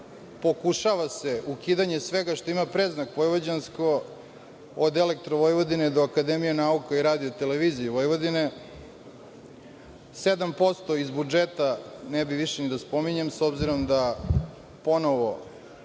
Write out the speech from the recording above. Pokušava se ukidanje svega što ima predznak – vojvođansko; od „Elektrovojvodine“ do Akademije nauka i radio televizije Vojvodine, 7% iz budžeta ne bi više ni da spominjem, s obzirom da ponovo